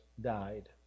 died